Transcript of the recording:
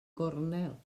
gornel